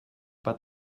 pas